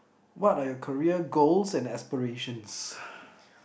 what are your career goals and aspirations